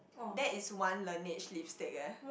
that is one Laneige lipstick eh